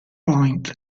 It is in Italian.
point